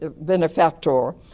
benefactor